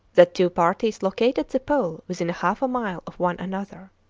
the two parties located the pole within half a mile of one another.